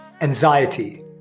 anxiety